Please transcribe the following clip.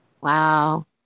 Wow